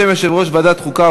בשם יושב-ראש ועדת החוקה,